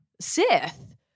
Sith